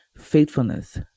faithfulness